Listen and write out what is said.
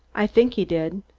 i think he did.